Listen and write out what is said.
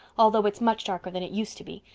although it's much darker than it used to be.